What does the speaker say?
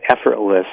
effortless